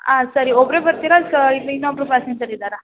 ಹಾಂ ಸರಿ ಒಬ್ಬರೇ ಬರ್ತೀರಾ ಸ ಇಲ್ಲ ಇನ್ನೊಬ್ರು ಪ್ಯಾಸೆಂಜರ್ ಇದ್ದಾರಾ